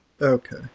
Okay